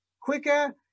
quicker